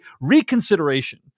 reconsideration